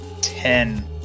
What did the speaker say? Ten